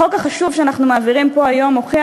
החוק החשוב שאנחנו מעבירים פה היום מוכיח